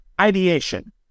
ideation